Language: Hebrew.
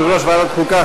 יושב-ראש ועדת החוקה,